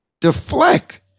deflect